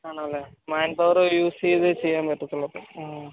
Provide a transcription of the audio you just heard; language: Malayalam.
ആണല്ലേ മാൻ പവർ യൂസ് ചെയ്തേ ചെയ്യാൻ പറ്റത്തുള്ളൂ അപ്പം ആ